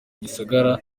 gisagara